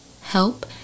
help